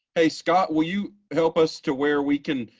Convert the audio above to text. hey scott. will you help us to where we can,